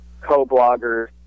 co-bloggers